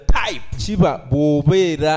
type